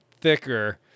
thicker